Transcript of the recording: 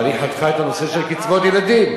אבל היא חתכה את הנושא של קצבאות ילדים.